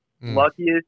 Luckiest